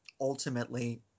ultimately